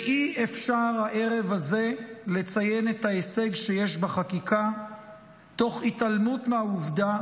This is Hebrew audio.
ואי-אפשר הערב הזה לציין את ההישג שיש בחקיקה תוך התעלמות מהעובדה